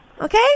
Okay